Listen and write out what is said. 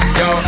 yo